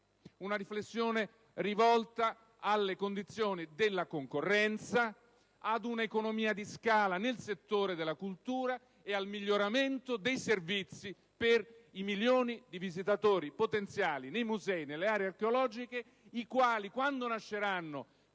- liberale, rivolta alle condizioni della concorrenza, ad un'economia di scala nel settore della cultura ed al miglioramento dei servizi per i milioni di visitatori potenziali nei musei e nelle aree archeologiche, i quali, quando nasceranno